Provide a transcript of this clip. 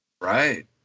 Right